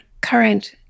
current